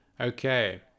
Okay